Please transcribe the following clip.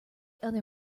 other